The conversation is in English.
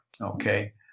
Okay